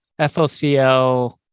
FLCL